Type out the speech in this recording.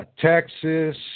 Texas